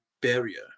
barrier